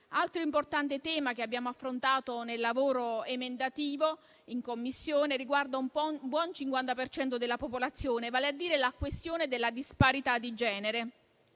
Altro importante tema che abbiamo affrontato nel lavoro emendativo in Commissione riguarda un buon 50 per cento della popolazione, vale a dire la questione della disparità di genere.